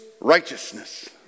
righteousness